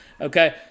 Okay